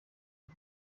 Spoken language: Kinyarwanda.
y’u